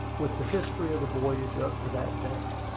with the history of the voyage up to that date.